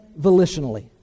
volitionally